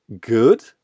good